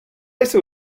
jsou